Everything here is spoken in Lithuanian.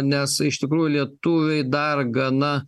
nes iš tikrųjų lietuviai dar gana